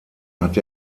hat